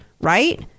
Right